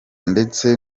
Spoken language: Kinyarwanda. ndetse